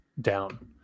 down